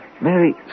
Mary